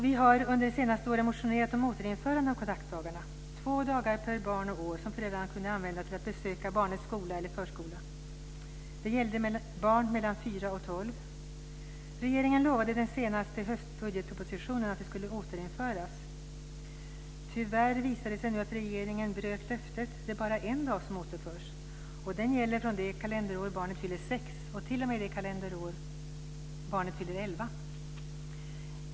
Vi har under de senaste åren motionerat om återinförande av kontaktdagarna, två dagar per barn och år som föräldrarna skulle kunna använda till att besöka barnets skola eller förskola. De gällde barn mellan fyra och tolv år. Regeringen lovade i den senaste höstbudgetpropositionen att de skulle återinföras. Tyvärr visar det sig nu att regeringen bröt löftet. Det är bara en dag som återförs och den gäller från det kalenderår barnet fyller sex år t.o.m. det kalenderår barnet fyller elva.